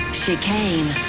chicane